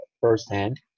firsthand